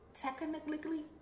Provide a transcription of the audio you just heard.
technically